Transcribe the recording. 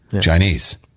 Chinese